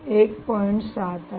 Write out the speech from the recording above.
7 आहे